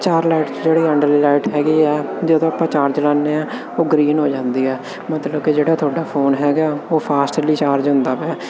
ਚਾਰ ਲਾਈਟ ਜਿਹੜੀ ਅੰਦਰਲੀ ਲਾਈਟ ਹੈਗੀ ਆ ਜਦੋਂ ਆਪਾਂ ਚਾਰਜ ਲਾਉਂਦੇ ਹਾਂ ਉਹ ਗਰੀਨ ਹੋ ਜਾਂਦੀ ਹੈ ਮਤਲਬ ਕਿ ਜਿਹੜਾ ਤੁਹਾਡਾ ਫੋਨ ਹੈਗਾ ਉਹ ਫਾਸਟਲੀ ਚਾਰਜ ਹੁੰਦਾ ਪਿਆ